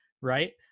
right